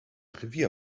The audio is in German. revier